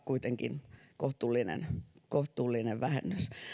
kuitenkin aika kohtuullinen vähennys